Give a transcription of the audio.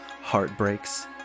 heartbreaks